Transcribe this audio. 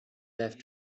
left